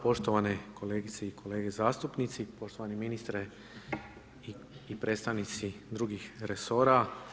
Poštovani kolegice i kolege zastupnici, poštovani ministre i predstavnici drugih resora.